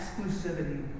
exclusivity